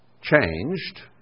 changed